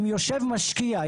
אם יושב משקיע,